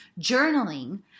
journaling